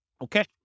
Okay